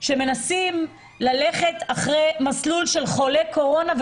מנסים ללכת אחרי מסלול של חולה קורונה,